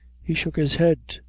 he shook his head,